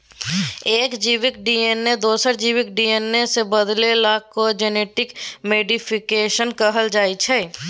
एक जीबक डी.एन.ए दोसर जीबक डी.एन.ए सँ बदलला केँ जेनेटिक मोडीफिकेशन कहल जाइ छै